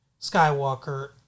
Skywalker